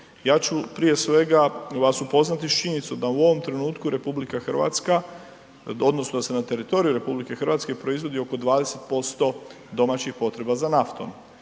Ja ću prije svega vas upoznati s činjenicom da u ovom trenutku RH odnosno da se na teritoriju RH proizvodi oko 20% domaćih potreba za naftom.